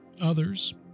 Others